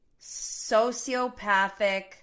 sociopathic